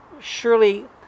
surely